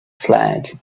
flag